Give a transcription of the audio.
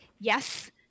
yes